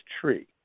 tree